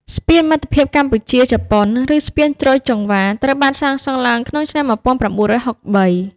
ស្ពានមិត្តភាពកម្ពុជា-ជប៉ុន ឬស្ពានជ្រោយចង្វារ ត្រូវបានសាងសង់ឡើងក្នុងឆ្នាំ ១៩៦៣។